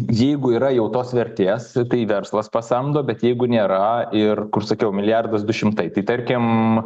jeigu yra jau tos vertės tai verslas pasamdo bet jeigu nėra ir kur sakiau milijardas du šimtai tai tarkim